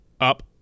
up